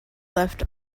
left